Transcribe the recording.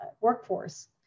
workforce